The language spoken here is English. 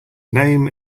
name